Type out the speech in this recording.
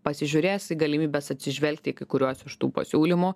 pasižiūrės į galimybes atsižvelgti į kai kuriuos iš tų pasiūlymų